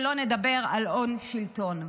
שלא נדבר על הון-שלטון.